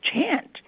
chant